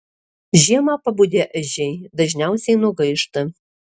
žiemą pabudę ežiai dažniausiai nugaišta